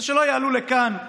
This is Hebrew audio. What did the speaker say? אז שלא יעלו לכאן,